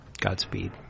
godspeed